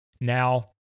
now